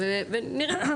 ונראה.